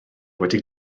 wedi